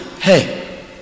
Hey